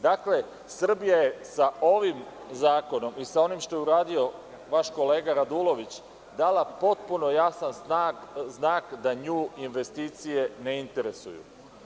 Dakle, Srbija je sa ovim zakonom i sa onim što je uradio vaš kolega Radulović dala potpuno jasan znak da nju investicije ne interesuju.